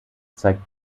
zeigt